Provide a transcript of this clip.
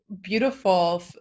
beautiful